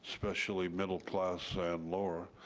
especially middle class and lower,